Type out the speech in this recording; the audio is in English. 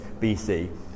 BC